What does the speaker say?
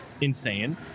insane